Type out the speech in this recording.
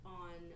on